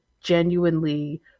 genuinely